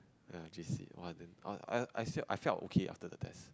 ya J_C !wah! then I felt okay after the test